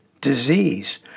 disease